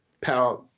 power –